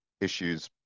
issues